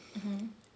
mmhmm